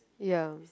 yeah